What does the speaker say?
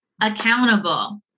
accountable